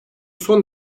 son